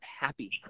happy